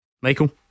Michael